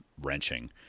wrenching